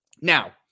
Now